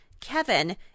Kevin